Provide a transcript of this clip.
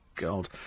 God